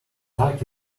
attack